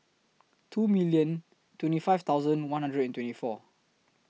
two million twenty five thousand one hundred and twenty four